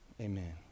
amen